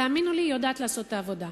תאמינו לי שהיא יודעת לעשות את העבודה.